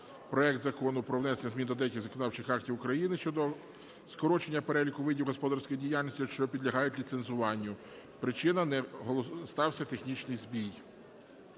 проект Закону про внесення змін до деяких законодавчих актів України щодо скорочення переліку видів господарської діяльності, що підлягають ліцензуванню. Причина – стався технічний збій.